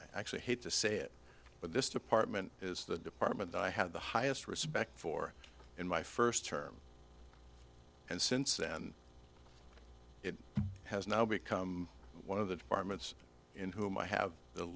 i actually hate to say it but this department is the department i have the highest respect for in my first term and since then it has now become one of the departments in whom i have the